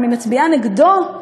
אם היא מצביעה נגדו,